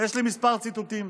ויש לי כמה ציטוטים.